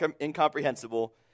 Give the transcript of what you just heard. incomprehensible